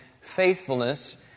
faithfulness